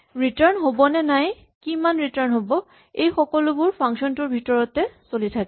return হ'ব নে নাই কি মান ৰিটাৰ্ন হ'ব এই সকলোবোৰ ফাংচন টোৰ ভিতৰত চলি থাকে